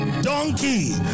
donkey